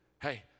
hey